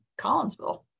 Collinsville